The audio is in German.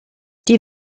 die